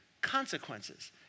consequences